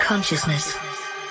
Consciousness